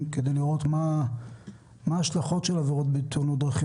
כדי לראות מה ההשלכות של עבירות בתאונות דרכים,